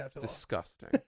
Disgusting